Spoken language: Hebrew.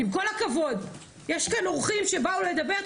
עם כל הכבוד, יש כאן אורחים שבאו לדבר.